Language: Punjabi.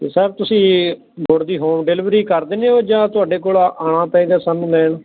ਅਤੇ ਸਰ ਤੁਸੀਂ ਗੁੜ ਦੀ ਹੋਮ ਡਿਲੀਵਰੀ ਕਰ ਦਿੰਦੇ ਹੋ ਜਾਂ ਤੁਹਾਡੇ ਕੋਲ ਆਉਣਾ ਪਏਗਾ ਸਾਨੂੰ ਲੈਣ